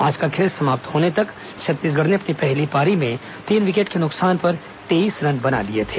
आज का खेल समाप्त होने तक छत्तीसगढ़ ने अपनी पहली पारी में तीन विकेट के नुकसान पर तेईस रन बना लिए थे